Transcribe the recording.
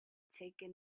taken